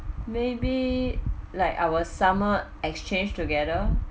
maybe like our summer exchange together